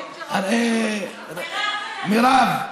מירב,